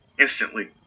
instantly